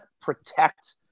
protect